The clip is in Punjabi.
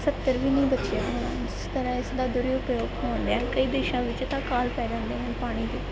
ਸੱਤਰ ਵੀ ਨਹੀਂ ਬਚਿਆ ਹੋਣਾ ਜਿਸ ਤਰ੍ਹਾਂ ਇਸ ਦਾ ਦੁਰਉਪਯੋਗ ਹੋਣਡਿਆਂ ਕਈ ਦੇਸ਼ਾਂ ਵਿੱਚ ਤਾਂ ਕਾਲ ਪੈ ਜਾਂਦੇ ਹਨ ਪਾਣੀ ਦੇ